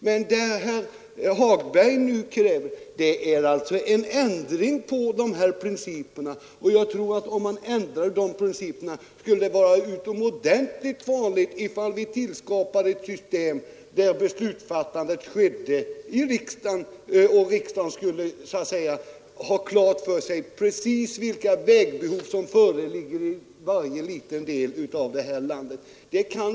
Vad herr Hagberg nu kräver är en ändring av dessa principer, och jag tror att det vore utomordentligt farligt, om vi skapade ett system där beslutsfattandet skulle åvila riksdagen, vilket skulle betyda att riksdagen måste ha klart för sig precis vilka vägbehov som föreligger i varje liten del av vårt land.